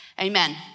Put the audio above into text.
amen